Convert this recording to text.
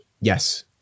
Yes